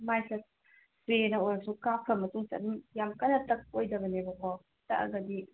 ꯏꯁꯄ꯭ꯔꯦꯅ ꯑꯣꯏꯔꯁꯨ ꯀꯥꯞꯈ꯭ꯔ ꯃꯇꯨꯡꯁꯤꯗ ꯑꯗꯨꯝ ꯌꯥꯝ ꯀꯟꯅ ꯇꯛꯑꯣꯏꯗꯕꯅꯦꯕꯀꯣ ꯇꯛꯑꯒꯗꯤ